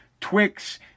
Twix